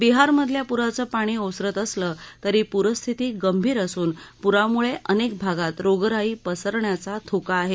बिहारमधल्या पूराचं पाणी ओसरत असलं तरी पूरस्थिती गंभीर असून पुरामुळे अनेक भागात रोगराई पसरण्याचा धोका आहे